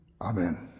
Amen